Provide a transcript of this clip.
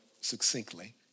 succinctly